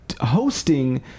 hosting